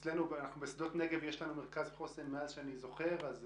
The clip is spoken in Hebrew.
לנו בשדות נגב היה מרכז חוסן מאז שאני זוכר, אז